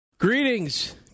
Greetings